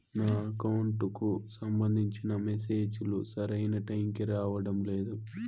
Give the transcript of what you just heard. నా అకౌంట్ కు సంబంధించిన మెసేజ్ లు సరైన టైము కి రావడం లేదు